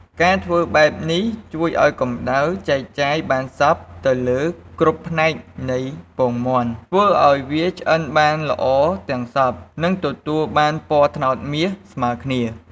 ការធ្វើបែបនេះជួយឱ្យកម្តៅចែកចាយបានសព្វទៅលើគ្រប់ផ្នែកនៃពងមាន់ ធ្វើឱ្យវាឆ្អិនបានល្អទាំងសព្វ និងទទួលបានពណ៌ត្នោតមាសស្មើគ្នា។